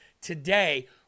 today